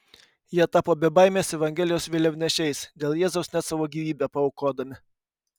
jie tapo bebaimiais evangelijos vėliavnešiais dėl jėzaus net savo gyvybę paaukodami